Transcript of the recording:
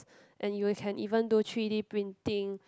and you will can even do three-d printing